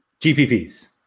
GPPs